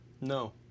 No